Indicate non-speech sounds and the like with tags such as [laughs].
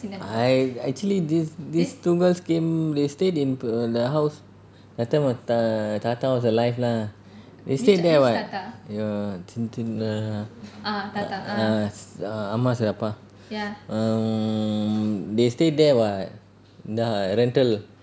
I actually this this two girls came they stayed in p~ the house that time was err thatha was alive lah they stayed there what your [laughs] ah ah ah ma amma appa appa um they stay there what the rental